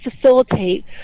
facilitate